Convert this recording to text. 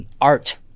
art